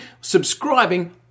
subscribing